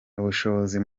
ubushobozi